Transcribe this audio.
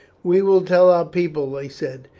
we will tell our people, they said,